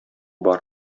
бар